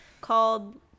called